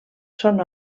són